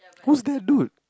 who's that dude